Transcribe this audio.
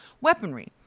weaponry